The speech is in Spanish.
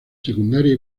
secundaria